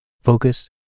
focus